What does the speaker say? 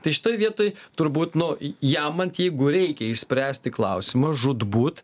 tai šitoj vietoj turbūt nu jamant jeigu reikia išspręsti klausimą žūtbūt